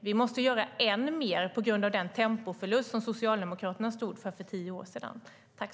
Vi måste göra än mer på grund av den tempoförlust för tio år sedan som Socialdemokraterna stod för.